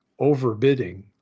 overbidding